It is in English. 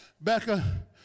Becca